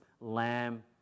Lamb